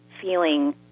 feeling